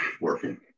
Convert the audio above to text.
working